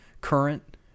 current